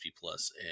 plus